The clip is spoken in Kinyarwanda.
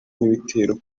n’ibitero